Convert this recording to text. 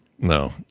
No